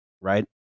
right